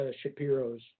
shapiro's